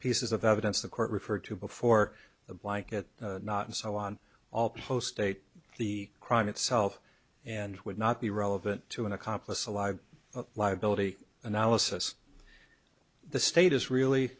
pieces of evidence the court referred to before the blanket not and so on all post date the crime itself and would not be relevant to an accomplice alive liability analysis the state is really